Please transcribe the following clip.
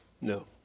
No